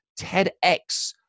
TEDx